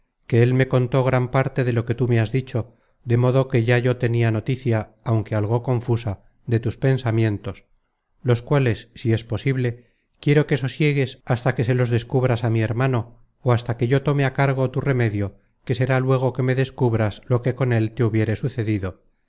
que él me contó gran parte de lo que tú me has dicho de modo que ya yo tenia noticia aunque algo confusa de tus pensamientos los cuales si es posible quiero que sosiegues hasta que se los des cubras á mi hermano ó hasta que yo tome á cargo tu remedio que será luego que me descubras lo que con él te hubiere sucedido